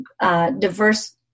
diverse